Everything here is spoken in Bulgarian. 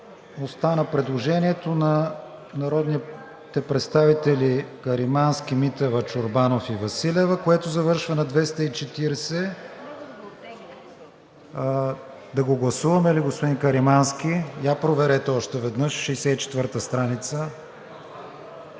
остана предложението на народните представители Каримански, Митева, Чорбанов и Василева, което завършва на 240. Да го гласуваме ли, господин Каримански? Я проверете още веднъж – страница